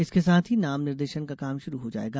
इसके साथ ही नाम निर्देश का काम शुरू हो जायेगा